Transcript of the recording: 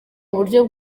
uburyo